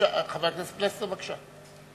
חבר הכנסת פלסנר, בבקשה.